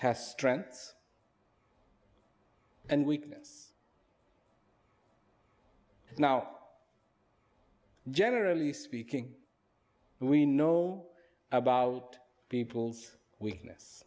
has strengths and weakness now generally speaking we know about people's weakness